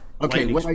Okay